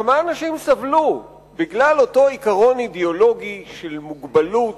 כמה אנשים סבלו בגלל אותו עיקרון אידיאולוגי של מוגבלות,